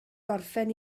gorffen